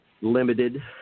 limited